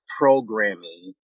programming